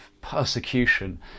persecution